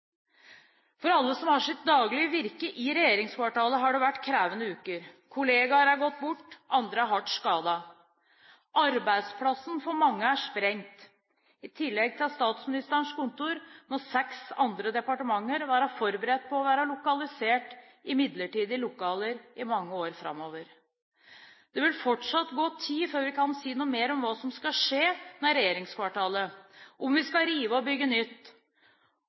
For alle som har sitt daglige virke i regjeringskvartalet, har det vært krevende uker. Kollegaer har gått bort, andre er hardt skadet. Arbeidsplassen for mange er sprengt. I tillegg til Statsministerens kontor må seks departementer være forberedt på å være lokalisert i midlertidige lokaler i mange år framover. Det vil fortsatt gå tid før vi kan si noe mer om hva som skal skje med regjeringskvartalet – om vi skal rive og bygge nytt,